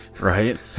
right